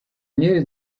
knew